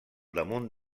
damunt